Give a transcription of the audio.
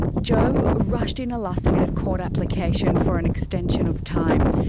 joe rushed in a last minute court application for an extension of time.